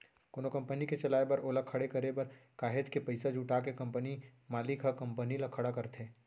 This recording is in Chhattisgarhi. कोनो कंपनी के चलाए बर ओला खड़े करे बर काहेच के पइसा जुटा के कंपनी मालिक ह कंपनी ल खड़ा करथे